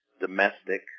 domestic